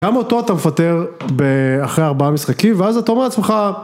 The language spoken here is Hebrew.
גם אותו אתה מפטר אחרי ארבעה משחקים, ואז אתה אומר לעצמך...